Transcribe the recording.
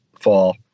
fall